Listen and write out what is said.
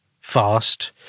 fast